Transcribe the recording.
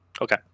Okay